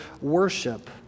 worship